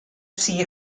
see